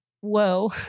Whoa